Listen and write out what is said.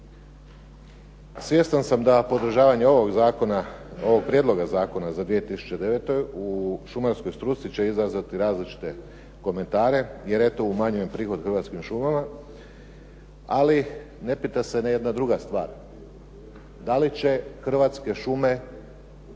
Svjestan sam da podržavanje ovog prijedloga zakona za 2009. u šumarskoj struci će izazvati različite komentare, jer eto umanjujem prihod Hrvatskim šumama, ali ne pita se jedna druga stvar, da li će Hrvatske šume